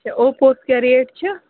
اچھا اوپووس کیٛاہ ریٹ چھِ